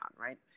right